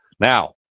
Now